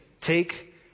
take